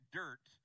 dirt